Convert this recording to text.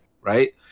right